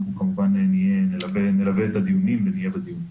אנחנו כמובן נלווה את הדיונים ונהיה בדיון.